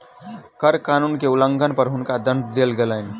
कर कानून के उल्लंघन पर हुनका दंड देल गेलैन